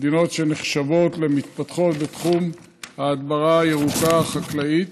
מדינות שנחשבות למתפתחות בתחום ההדברה הירוקה החקלאית,